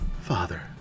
Father